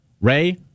Ray